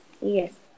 Yes